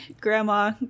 grandma